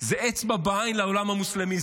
זה אצבע בעין לעולם המוסלמי.